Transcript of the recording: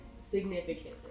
significantly